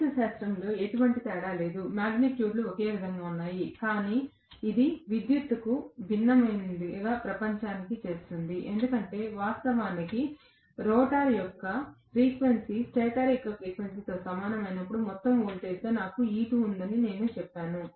గణితశాస్త్రంలో ఎటువంటి తేడా లేదు మాగ్నిట్యూడ్లు ఒకే విధంగా ఉంటాయి కానీ ఇది విద్యుత్తుగా భిన్నమైన ప్రపంచాన్ని చేస్తుంది ఎందుకంటే వాస్తవానికి రోటర్ యొక్క ఫ్రీక్వెన్సీ స్టేటర్ ఫ్రీక్వెన్సీతో సమానంగా ఉన్నప్పుడు మొత్తం వోల్టేజ్గా నాకు E2 ఉందని నేను చెప్పాను